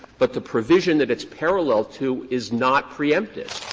but the provision that it's parallel to is not preempted.